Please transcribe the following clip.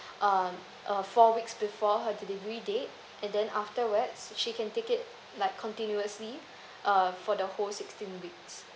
um a four weeks before her delivery date and then afterwards she can take it like continuously uh for the whole sixteen week